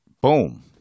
Boom